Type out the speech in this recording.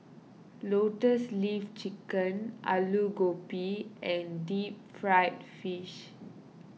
Lotus Leaf Chicken Aloo Gobi and Deep Fried Fish